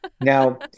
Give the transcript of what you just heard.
Now